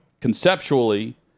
Conceptually